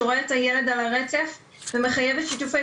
שרואה את הילד על הרצף ומחייבת שיתופי